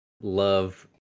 love